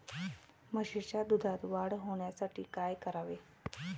म्हशीच्या दुधात वाढ होण्यासाठी काय करावे?